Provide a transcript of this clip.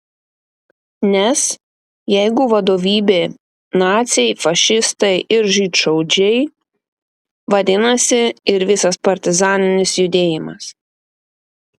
nes jeigu vadovybė naciai fašistai ir žydšaudžiai vadinasi ir visas partizaninis judėjimas